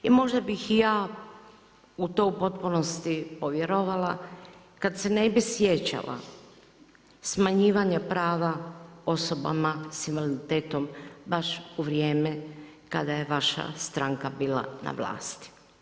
I možda bih i ja u to potpunosti povjerovala kada se ne bi sjećala smanjivanja prava osobama sa invaliditetom baš u vrijeme kada je vaša stranka bila na vlasti.